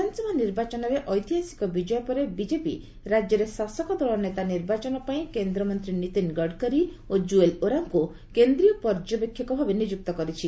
ବିଧାନସଭା ନିର୍ବାଚନରେ ଐତିହାସିକ ବିଜୟ ପରେ ବିଜେପି ରାଜ୍ୟରେ ଶାସକ ଦଳ ନେତା ନିର୍ବାଚନ ପାଇଁ କେନ୍ଦ୍ରମନ୍ତ୍ରୀ ନୀତିନ ଗଡ଼କରି ଓ କ୍କୁଏଲ୍ ଓରାମଙ୍କୁ କେନ୍ଦ୍ରୀୟ ପର୍ଯ୍ୟବେକ୍ଷକ ଭାବେ ନିଯୁକ୍ତ କରିଛି